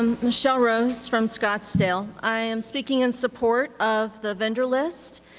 michelle rose from scottsdale. i'm speaking in support of the vendor list,